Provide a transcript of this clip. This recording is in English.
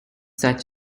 such